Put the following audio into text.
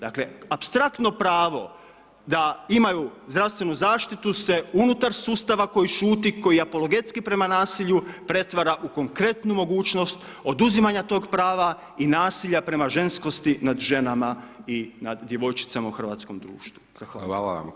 Dakle apstraktno pravo da imaju zdravstvenu zaštitu se unutar sustava koji šuti, koji je apologetski prema nasilju, pretvara u konkretnu mogućnost oduzimanja tog prava i nasilja prema ženskosti nad ženama i nad djevojčicama u Hrvatskom društvu.